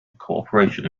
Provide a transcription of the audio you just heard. cooperation